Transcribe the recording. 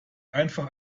einfach